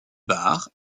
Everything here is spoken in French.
bars